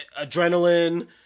adrenaline